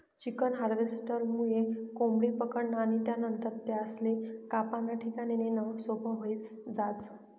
chicken हार्वेस्टरमुये कोंबडी पकडनं आणि त्यानंतर त्यासले कापाना ठिकाणे नेणं सोपं व्हयी जास